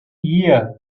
year